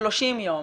30 יום